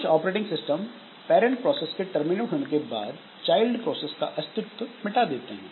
कुछ operating system parent process के terminate होने के बाद चाइल्ड प्रोसेस का अस्तित्व मिटा देते हैं